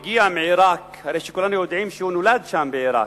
הגיע מעירק כולנו יודעים שהוא נולד שם בעירק,